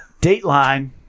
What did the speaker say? Dateline